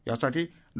यासाठी डॉ